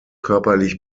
körperlich